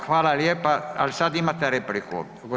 Hvala lijepa, al' sad imate repliku.